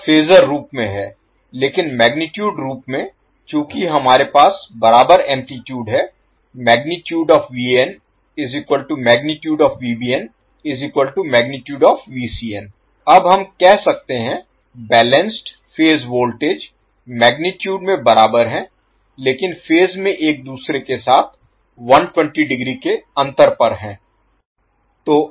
यह फेजर रूप में है लेकिन मैगनीटुड रूप में चूंकि हमारे पास बराबर एम्पलीटूड है अब हम कह सकते हैं बैलेंस्ड फेज वोल्टेज मैगनीटुड में बराबर हैं लेकिन फेज में एक दूसरे के साथ 120 डिग्री के अंतर पर हैं